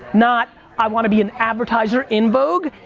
not i wanna be an advertiser in vogue,